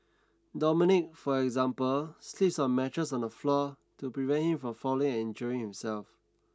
dominic for example sleeps on a mattress on the floor to prevent him from falling and injuring himself